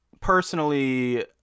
personally